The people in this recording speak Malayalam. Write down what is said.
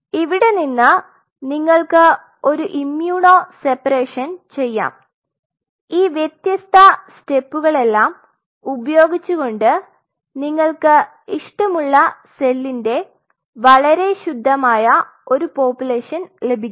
ഇവിടെ നിന്ന് നിങ്ങൾക്ക് ഒരു ഇമ്യൂണോ സെപ്പറേഷൻ ചെയാം ഈ വ്യത്യസ്ത സ്റ്റെപ്പുകളെല്ലാം ഉപയോഗിച്ച്കൊണ്ട് നിങ്ങൾക്ക് ഇഷ്ടമുള്ള സെല്ലിന്റെ വളരെ ശുദ്ധമായ ഒരു പോപുലേഷൻ ലഭിക്കും